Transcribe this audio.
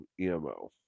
EMO